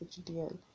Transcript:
HDL